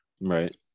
right